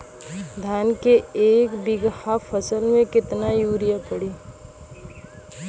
धान के एक बिघा फसल मे कितना यूरिया पड़ी?